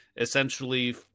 Essentially